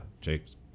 Jake's